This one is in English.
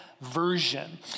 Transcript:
Version